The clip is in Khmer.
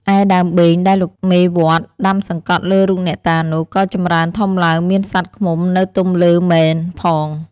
ឯដើមបេងដែលលោកមេវត្ត ដាំសង្កត់លើរូបអ្នកតានោះ ក៏ចម្រើនធំឡើងមានសត្វឃ្មុំនៅទំលើមែនផង ។